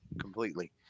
completely